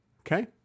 okay